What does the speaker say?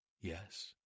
yes